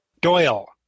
Doyle